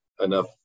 enough